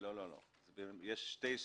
אני לא מבין מה השאלה שלך.